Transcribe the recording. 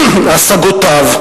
ההשגות של